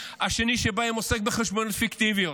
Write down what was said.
השנייה שבהן עוסקת בחשבוניות פיקטיביות,